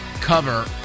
cover